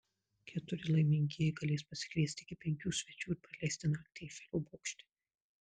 keturi laimingieji galės pasikviesti iki penkių svečių ir praleisti naktį eifelio bokšte